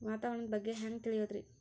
ವಾತಾವರಣದ ಬಗ್ಗೆ ಹ್ಯಾಂಗ್ ತಿಳಿಯೋದ್ರಿ?